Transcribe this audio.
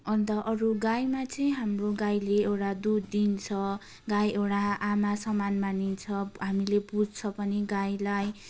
अन्त अरू गाईमा चाहिँ हाम्रो गाईले एउटा दुध दिन्छ गाई एउटा आमासमान मानिन्छ हामीले पुज्छौँ पनि गाईलाई